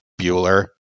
Bueller